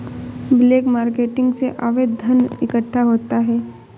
black marketing से अवैध धन इकट्ठा होता है